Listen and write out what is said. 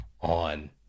on